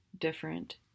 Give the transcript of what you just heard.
different